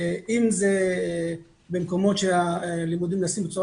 אם זה במקומות שהלימודים נעשים בצורה